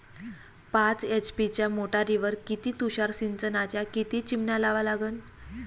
पाच एच.पी च्या मोटारीवर किती तुषार सिंचनाच्या किती चिमन्या लावा लागन?